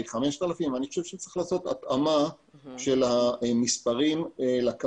היא 5,000 שקיות אני חושב שצריך לעשות התאמה של המספרים לכמויות.